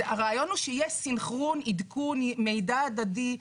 הרעיון הוא שיהיה סנכרון, עדכון, מידע הדדי.